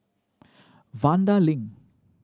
Vanda Link